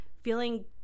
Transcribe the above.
feeling